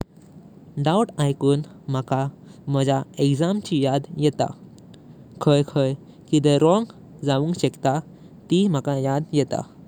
Doubt ऐकून मका माज्या एक्झाम ची आठवण येता। खाई काही किदे रॉंग जावुंग शकता ती मका आठवण येता।